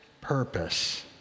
purpose